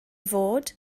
fod